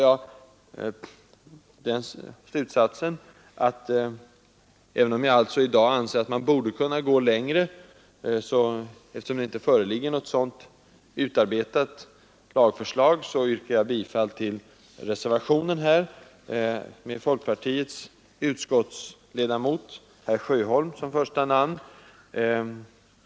Jag anser alltså att man borde kunna gå längre, men eftersom det i dag inte föreligger något utarbetat lagförslag, yrkar jag bifall till reservationen med folkpartiets utskottsledamot herr Sjöholm som första namn.